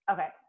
Okay